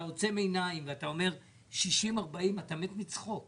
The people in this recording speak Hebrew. אתה עוצם עיניים ואתה אומר 60-40 ואתה מת מצחוק,